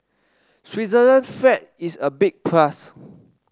Switzerland's flag is a big plus